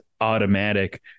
automatic